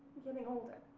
getting older,